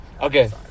Okay